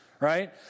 right